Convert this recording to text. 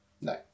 No